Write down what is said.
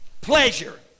Pleasure